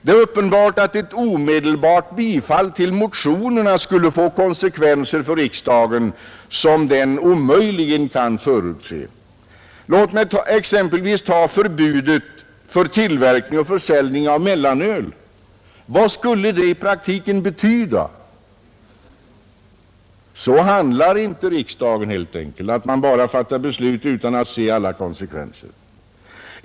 Det är uppenbart att ett omedelbart bifall till motionerna skulle få konsekvenser som riksdagen omöjligen kan förutse. Låt mig som exempel ta förbudet mot tillverkning och försäljning av mellanöl. Vad skulle det i praktiken betyda? Så handlar riksdagen helt enkelt inte att den bara fattar beslut utan att ta hänsyn till alla konsekvenser.